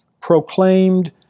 proclaimed